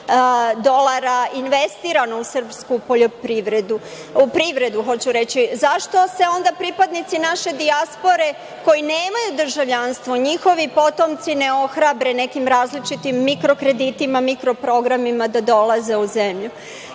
dolara investirano u srpsku privredu. Hoću reći, zašto se onda pripadnici naše dijaspore koji nemaju državljanstvo, njihovi potomci ne ohrabre nekim različitim mikrokreditima, mikroprogramima da dolaze u zemlju.